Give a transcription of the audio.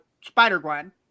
Spider-Gwen